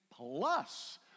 plus